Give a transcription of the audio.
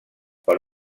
per